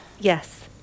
Yes